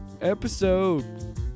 Episode